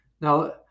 Now